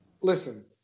listen